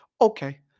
Okay